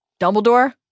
Dumbledore